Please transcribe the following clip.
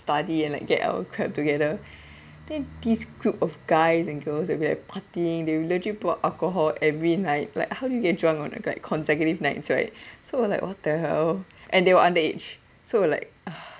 study and like get our crap together and this group of guys and girls we have partying they will legit put out alcohol every night like how do you get drunk on like consecutive nights right so we were like what the hell and they were underage so like !ugh!